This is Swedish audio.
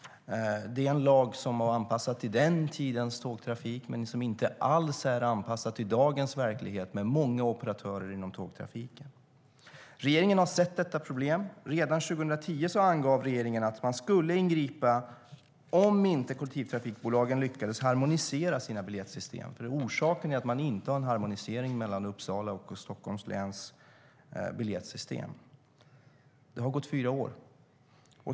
Det är en lag som är anpassad till den tidens tågtrafik men som inte alls är anpassad till dagens verklighet med många operatörer inom tågtrafiken. Regeringen har sett detta problem. Redan 2010 angav regeringen att man skulle ingripa om inte kollektivtrafikbolagen lyckades harmonisera sina biljettsystem. Orsaken är att man inte har en harmonisering mellan Uppsala läns och Stockholms läns biljettsystem. Det har gått fyra år.